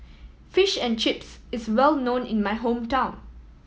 Fish and Chips is well known in my hometown